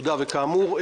כאמור,